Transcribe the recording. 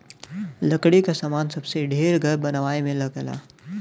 लकड़ी क सामान सबसे ढेर घर बनवाए में लगला